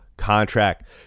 contract